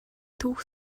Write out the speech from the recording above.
түүх